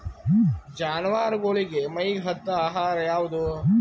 ಜಾನವಾರಗೊಳಿಗಿ ಮೈಗ್ ಹತ್ತ ಆಹಾರ ಯಾವುದು?